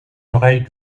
oreilles